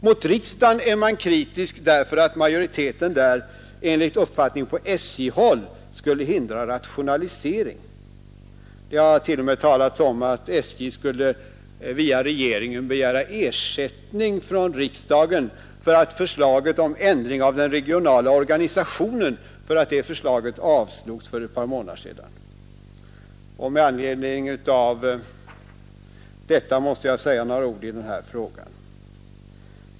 Mot riksdagen är man kritisk därför att majoriteten där enligt uppfattning på SJ-håll skulle hindra rationalisering. Det har t.o.m. talats om att SJ skulle via regeringen begära ersättning från riksdagen för att förslaget om ändring av den regionala organisationen avslogs för ett par månader sedan. Med anledning av detta måste jag säga några ord i denna fråga.